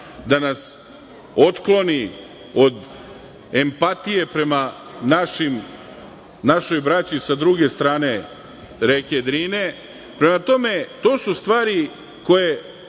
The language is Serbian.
da nas otkloni od empatije prema našoj braći sa druge strane reke Drine. Prema tome, to su stvari koje